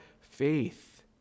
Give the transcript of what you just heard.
faith